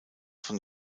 von